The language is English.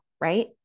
right